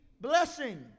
blessing